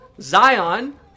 Zion